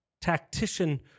tactician